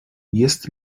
jest